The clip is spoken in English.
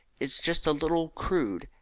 is just a little crude,